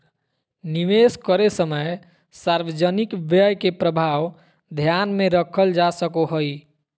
निवेश करे समय सार्वजनिक व्यय के प्रभाव ध्यान में रखल जा सको हइ